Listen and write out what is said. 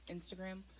Instagram